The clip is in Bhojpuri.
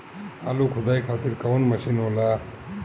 आलू खुदाई खातिर कवन मशीन होला?